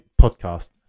podcast